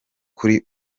kuri